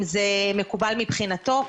אם זה מקובל מבחינתו.